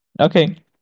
Okay